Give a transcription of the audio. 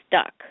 stuck